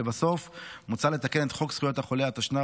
לבסוף, מוצע לתקן את חוק זכויות החולה, תשנ"ו